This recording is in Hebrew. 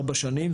ארבע שנים,